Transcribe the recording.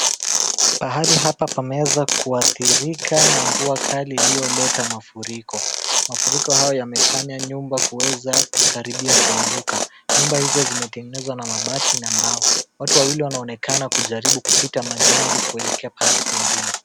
Pahali hapa pameweza kuadhirika na mvua kali iliyoleta mafuriko. Mafuriko hayo yamefanya nyumba kuweza kukaribia kuanguka. Nyumba hizo zimetengenezwa na mabati na mbao, watu wawili wanaonekana wakijaribu kupita majini ilikuelekea mahali pengine.